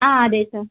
ആ അതെ സാർ